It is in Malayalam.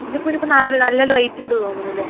മുല്ലപ്പൂവിന് ഇപ്പം നല്ല റേറ്റ് ഉണ്ട് തോന്നുന്നു ഇല്ലെ